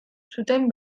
zuten